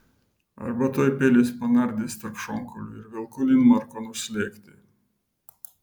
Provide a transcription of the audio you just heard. arba tuoj peilis panardys tarp šonkaulių ir velku linmarkon užslėgti